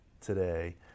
today